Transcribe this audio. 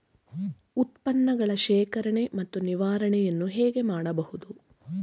ಉತ್ಪನ್ನಗಳ ಶೇಖರಣೆ ಮತ್ತು ನಿವಾರಣೆಯನ್ನು ಹೇಗೆ ಮಾಡಬಹುದು?